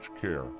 care